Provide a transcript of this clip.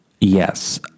Yes